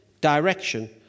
direction